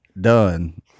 done